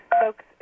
folks